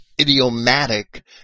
idiomatic